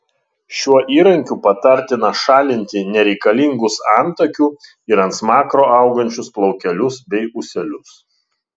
šiuo įrankiu patartina šalinti nereikalingus antakių ir ant smakro augančius plaukelius bei ūselius